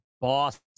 boss